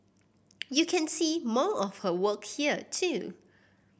you can see more of her work here too